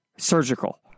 Surgical